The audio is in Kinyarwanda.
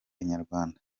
inyarwanda